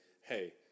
hey